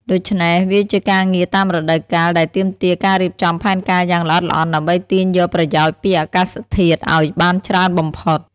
ដូច្នេះ វាជាការងារតាមរដូវកាលដែលទាមទារការរៀបចំផែនការយ៉ាងល្អិតល្អន់ដើម្បីទាញយកប្រយោជន៍ពីអាកាសធាតុឲ្យបានច្រើនបំផុត។